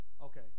Okay